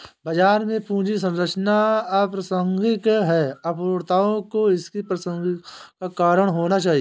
बाजार में पूंजी संरचना अप्रासंगिक है, अपूर्णताओं को इसकी प्रासंगिकता का कारण होना चाहिए